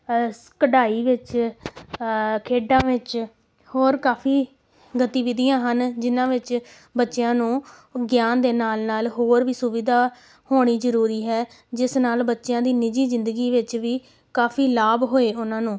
ਸ ਕਢਾਈ ਵਿੱਚ ਖੇਡਾਂ ਵਿੱਚ ਹੋਰ ਕਾਫੀ ਗਤੀਵਿਧੀਆਂ ਹਨ ਜਿਹਨਾਂ ਵਿੱਚ ਬੱਚਿਆਂ ਨੂੰ ਗਿਆਨ ਦੇ ਨਾਲ ਨਾਲ ਹੋਰ ਵੀ ਸੁਵਿਧਾ ਹੋਣੀ ਜ਼ਰੂਰੀ ਹੈ ਜਿਸ ਨਾਲ ਬੱਚਿਆਂ ਦੀ ਨਿਜੀ ਜ਼ਿੰਦਗੀ ਵਿੱਚ ਵੀ ਕਾਫੀ ਲਾਭ ਹੋਏ ਉਹਨਾਂ ਨੂੰ